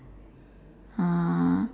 uh